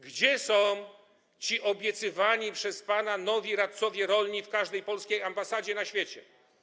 Gdzie są ci obiecywani przez pana nowi radcowie rolni w każdej polskiej ambasadzie na świecie?